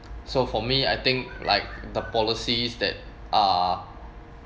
so for me I think like the policies that are